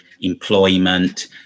employment